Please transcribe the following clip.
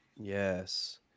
yes